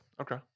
Okay